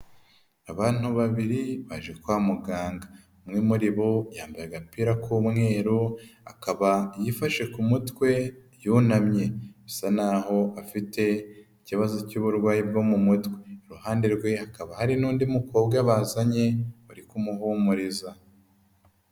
Abantu babiri baje kwa muganga, umwe muri bo yambaye agapira k'umweru, akaba yifashe ku mutwe yunamye, bisa n'aho afite ikibazo cy'uburwayi bwo mu mutwe; iruhande rwe hakaba hari n'undi mukobwa bazanye, uri kumuhumuriza.